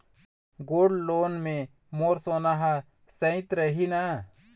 Gold loan मे मोर सोना हा सइत रही न?